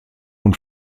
und